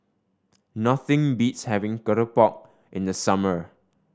nothing beats having keropok in the summer